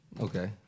Okay